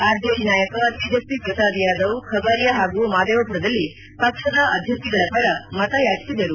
RJD ನಾಯಕ ತೇಜಸ್ವಿ ಪ್ರಸಾದ್ ಯಾದವ್ ಖಗಾರಿಯಾ ಹಾಗೂ ಮಾದೇವಪುರದಲ್ಲಿ ಪಕ್ಷದ ಅಭ್ಯರ್ಥಿಗಳ ಪರ ಮತ ಯಾಚಿಸಿದರು